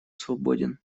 свободен